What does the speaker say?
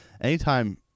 Anytime